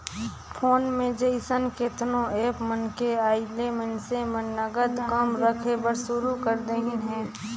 phone पे जइसन केतनो app मन के आयले मइनसे मन नगद कम रखे बर सुरू कर देहिन हे